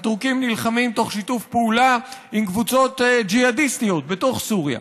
נלחמים תוך שיתוף פעולה עם קבוצות ג'יהאדיסטיות בתוך סוריה,